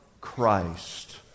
Christ